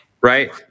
right